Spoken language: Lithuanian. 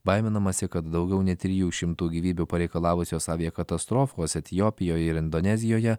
baiminamasi kad daugiau nei trijų šimtų gyvybių pareikalavusios aviakatastrofos etiopijoj ir indonezijoje